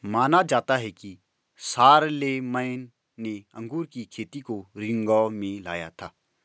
माना जाता है कि शारलेमेन ने अंगूर की खेती को रिंगौ में लाया था